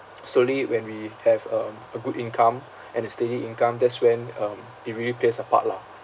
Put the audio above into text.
slowly when we have um a good income and a steady income that's when um it really plays a part lah